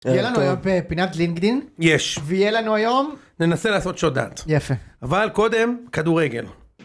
פינת לינקדאין. יש. ויהיה לנו היום ננסה לעשות SHOW THAT יפה אבל קודם כדורגל.